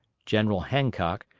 general hancock,